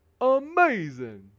Amazing